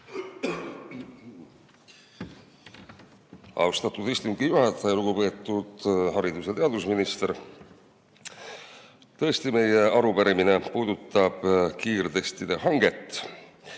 Austatud istungi juhataja! Lugupeetud haridus- ja teadusminister! Tõesti, meie arupärimine puudutab kiirtestide hanget.